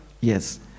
yes